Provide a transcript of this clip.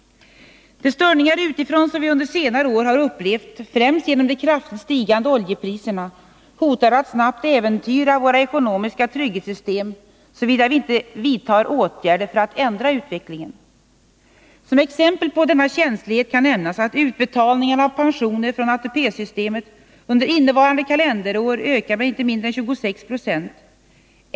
De störningar utifrån som vi under senare år har upplevt, främst genom de kraftigt stigande oljepriserna, hotar att snabbt äventyra våra ekonomiska trygghetssystem såvida vi inte vidtar åtgärder för att ändra utvecklingen. Som exempel på denna känslighet kan nämnas att utbetalningarna av pensioner från ATP-systemet under innevarande kalenderår ökar med inte mindre än 26 26.